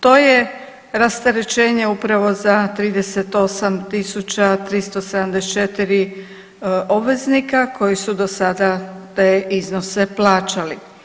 To je rasterećenje upravo za 38 tisuća 374 obveznika koji su do sada te iznose plaćali.